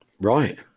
right